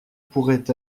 pourrait